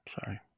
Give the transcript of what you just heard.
sorry